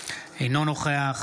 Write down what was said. בעד